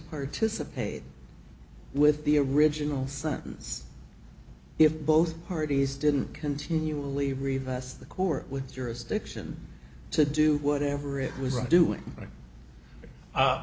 participate with the original sentence if both parties didn't continually revise the court with jurisdiction to do whatever it was doing